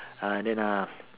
uh then uh